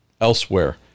elsewhere